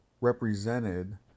represented